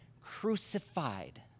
crucified